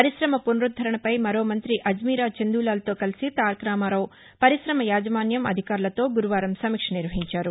పరిశమ పునరుద్దరణపై మరో మంతి అజ్నీరా చందూలాల్తో కలిసి తారకరామారావు పరిశమ యాజమాన్యం అధికారులతో గురువారం సమీక్ష నిర్వహించారు